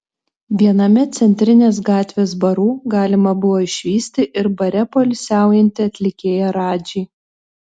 viename centrinės gatvės barų galima buvo išvysti ir bare poilsiaujantį atlikėją radžį